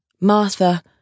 Martha